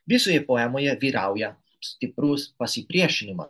visoje poemoje vyrauja stiprus pasipriešinimas